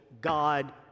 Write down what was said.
God